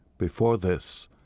before this,